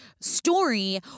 story